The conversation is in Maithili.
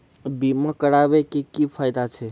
बीमा कराबै के की फायदा छै?